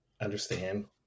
understand